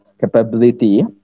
capability